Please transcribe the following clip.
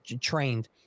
trained